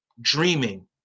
dreaming